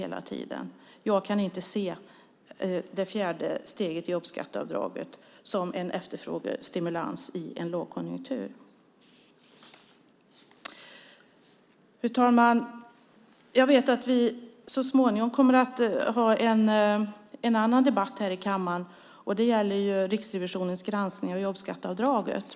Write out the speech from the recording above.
Jag kan därför inte se det fjärde steget i jobbskatteavdraget som en efterfrågestimulans i en lågkonjunktur. Fru talman! Jag vet att vi så småningom kommer att ha en annan debatt här i kammaren. Det gäller Riksrevisionens granskning av jobbskatteavdraget.